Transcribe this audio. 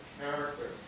character